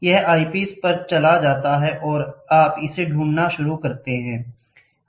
यह ऐपिस पर चला जाता है और आप इसे ढूंढना शुरू कर देते हैं